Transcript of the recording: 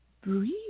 breathe